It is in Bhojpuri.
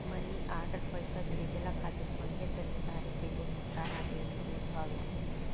मनी आर्डर पईसा भेजला खातिर पहिले से निर्धारित एगो भुगतान आदेश होत हवे